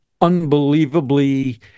unbelievably